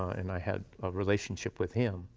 and i had a relationship with him.